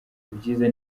byiza